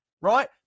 right